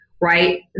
right